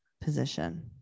position